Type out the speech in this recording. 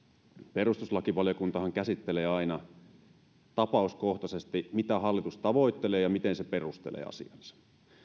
perustuslakivaliokuntahan käsittelee aina tapauskohtaisesti mitä hallitus tavoittelee ja miten se perustelee asiansa